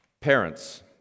Parents